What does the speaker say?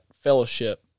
fellowship